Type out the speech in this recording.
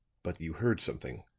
but you heard something?